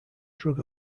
drug